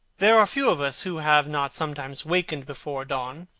there are few of us who have not sometimes wakened before dawn,